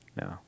no